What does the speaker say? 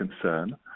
concern